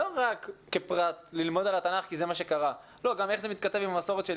לא רק ללמוד על התנ"ך כי זה מה שקרה אלא גם איך זה מתכתב עם המסורת שלי